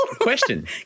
Question